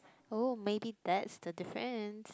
oh maybe that's the difference